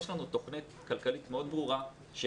יש לנו תוכנית כלכלית מאוד ברורה שיצרנו,